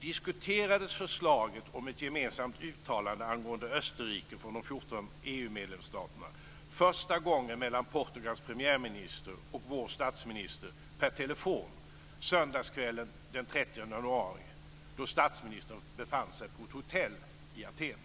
diskuterades förslaget om ett gemensamt uttalande angående Österrike från de 14 EU-medlemsstaterna första gången mellan Portugals premiärminister och vår statsminister per telefon söndagskvällen den 30 januari då statsministern befann sig på ett hotell i Aten.